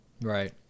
Right